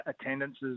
attendances